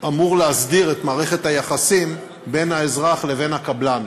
אמור להסדיר את מערכת היחסים בין האזרח לבין הקבלן.